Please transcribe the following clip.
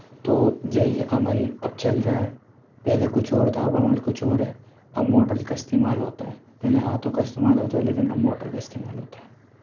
تو یہی عمل اب چل رہا ہے پہلے کچھ اور تھا اب عمل کچھ اور ہے اب موٹر کا استعمال ہوتا ہے پہلے ہاتھوں کا استعمال ہوتا تھا لیکن اب موٹر کا استعمال ہوتا ہے